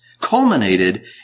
culminated